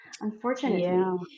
unfortunately